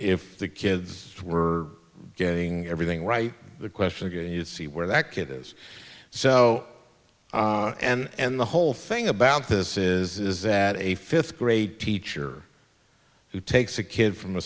if the kids were getting everything right the question again you'd see where that kid is so and the whole thing about this is that a fifth grade teacher who takes a kid from